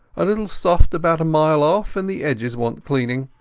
a little soft about a mile off, and the edges want cleaning.